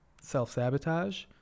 self-sabotage